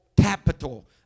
capital